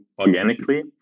organically